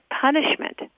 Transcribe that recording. punishment